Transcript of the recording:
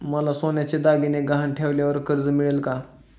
मला सोन्याचे दागिने गहाण ठेवल्यावर कर्ज मिळेल का?